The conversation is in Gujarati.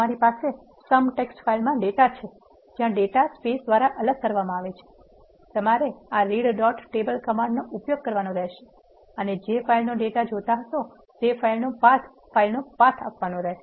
તમારી પાસે "sum" ટેક્સ્ટ ફાઇલમાં ડેટા છે જ્યાં ડેટા સ્પેસ દ્વારા અલગ કરવામાં આવે છે તમારે આ રીડ ડોટ ટેબલ કમાન્ડનો ઉપયોગ કરવાનો રહેશે અને જે ફાઈલનો ડેટા જોતો હશે તે ફાઇલનો પાથ ફાઈલનો પાથ આપવાનો રહેશે